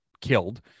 killed